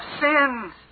sins